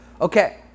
Okay